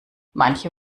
manche